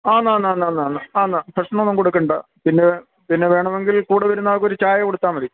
അന്നാന്നാന്നാന്ന് ആന്ന് ഭക്ഷണമൊന്നും കൊടുക്കണ്ട പിന്നെ പിന്നെ വേണമെങ്കിൽ കൂടെ വരുന്ന ആൾക്ക് ഒരു ചായ കൊടുത്താൽ മതി